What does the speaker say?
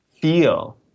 feel